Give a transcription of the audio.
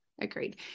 Agreed